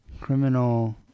Criminal